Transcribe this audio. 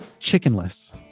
Chickenless